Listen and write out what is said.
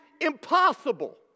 impossible